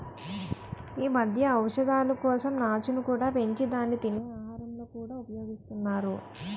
ఈ మధ్య ఔషధాల కోసం నాచును కూడా పెంచి దాన్ని తినే ఆహారాలలో కూడా ఉపయోగిస్తున్నారు